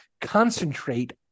concentrate